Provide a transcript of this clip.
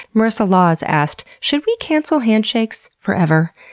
marissa laws asked should we cancel handshakes forever?